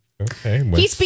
okay